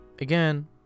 again